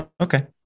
Okay